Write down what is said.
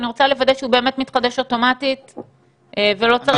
אני רוצה לוודא שהוא באמת מתחדש אוטומטית ולא צריך עכשיו